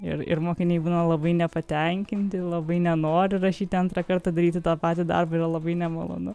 ir ir mokiniai būna labai nepatenkinti labai nenori rašyti antrą kartą daryti tą patį darbą yra labai nemalonu